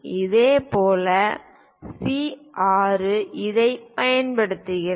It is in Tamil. இதேபோல் C 6 இதைப் பயன்படுத்துகிறது